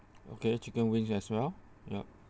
okay chicken wings as well yup